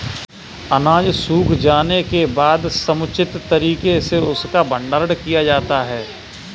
अनाज सूख जाने के बाद समुचित तरीके से उसका भंडारण किया जाता है